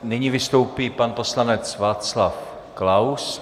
Nyní vystoupí pan poslanec Václav Klaus.